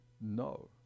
No